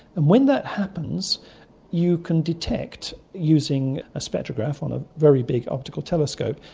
and when that happens you can detect using a spectrograph on a very big optical telescope,